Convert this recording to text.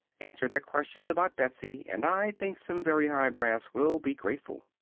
answer their questions about betsy and i think some very high brass will be grateful.